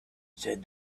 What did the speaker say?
said